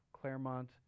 Claremont